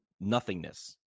nothingness